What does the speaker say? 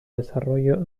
desarrollo